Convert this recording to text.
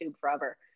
forever